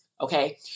Okay